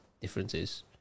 differences